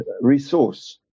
resource